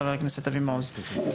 חבר הכנסת אבי מעוז.